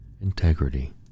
integrity